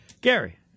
Gary